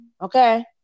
okay